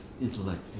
intellect